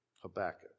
Habakkuk